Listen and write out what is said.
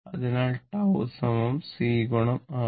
അതിനാൽ tau C RThevenin